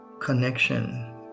connection